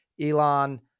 elon